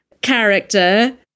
character